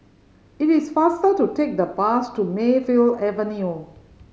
it is faster to take the bus to Mayfield Avenue